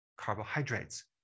carbohydrates